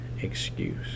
excuse